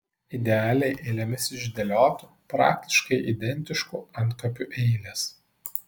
idealiai eilėmis išdėliotų praktiškai identiškų antkapių eilės